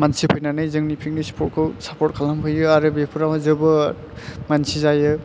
मानसि फैनानै जोंनि फिकनिक स्पदखौ साफर्द खालामफैयो आरो बेफोरावहाय जोबोद मानसि जायो